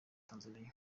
tanzania